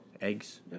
Eggs